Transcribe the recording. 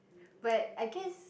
but I guess